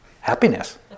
happiness